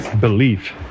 belief